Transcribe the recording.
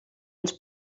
ens